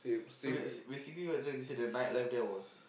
so basic basically what you are trying to say the night life there was